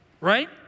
Right